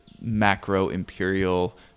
macro-imperial